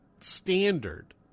standard